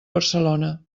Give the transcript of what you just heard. barcelona